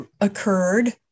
occurred